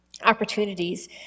opportunities